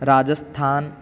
राजस्थानम्